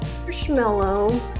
Marshmallow